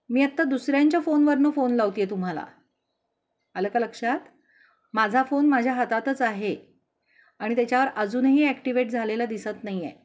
मी आत्ता दुसऱ्यांच्या फोनवरनं फोन लावते आहे तुम्हाला आलं का लक्षात माझा फोन माझ्या हातातच आहे आणि त्याच्यावर अजूनही ॲक्टिवेट झालेला दिसत नाही आहे